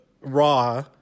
Raw